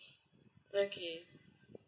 okay